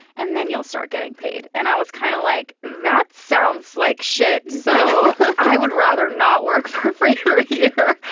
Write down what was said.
and then you'll start getting paid. and i was kinda kind of like, that sounds like shit. so i would rather not work for free for a year.